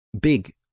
big